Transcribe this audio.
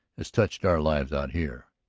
has touched our lives out here.